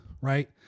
Right